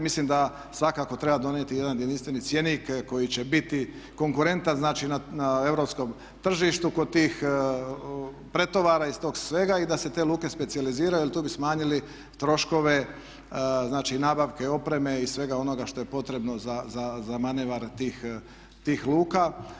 Mislim da svakako treba donijeti jedan jedinstveni cjenik koji će biti konkurentan, znači na europskom tržištu kod tih pretovara, iz toga svega i da se te luke specijaliziraju jer tu bi smanjili troškove, znači nabavke opreme i svega onoga što je potrebno za manevar tih luka.